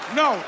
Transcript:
no